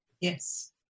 Yes